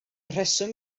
rheswm